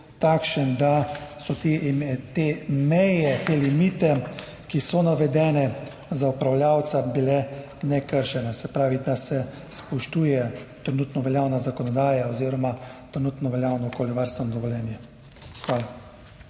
takšen, da te meje, te limite, ki so navedene za upravljavca, niso bile kršene, se pravi, da se spoštuje trenutno veljavno zakonodajo oziroma trenutno veljavno okoljevarstveno dovoljenje. Hvala.